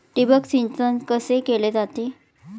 ठिबक सिंचन कसे केले जाते?